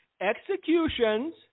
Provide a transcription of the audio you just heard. executions